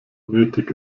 nötig